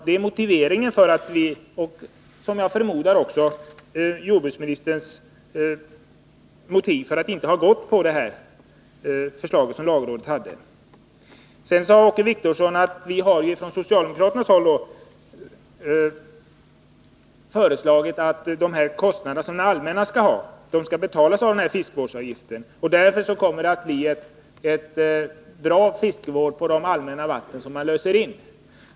Det är motiveringen till att vi — och jag förmodar att det även är jordbruksministerns motiv — inte har anslutit oss till lagrådets förslag. Sedan sade Åke Wictorsson att socialdemokraterna har föreslagit att de kostnader för fiskevård som faller på det allmänna skall betalas med fiskevårdsavgifter och att det därigenom skulle bli bra fiskevård i de vatten som man löser in.